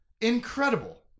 incredible